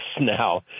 now